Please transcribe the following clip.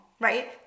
right